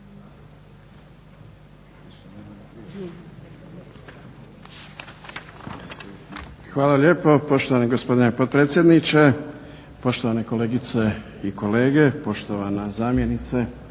Zahvaljujem poštovani gospodine predsjedavajući, poštovane kolegice i kolege, poštovana zamjenice